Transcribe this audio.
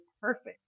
perfect